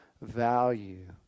value